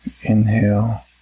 Inhale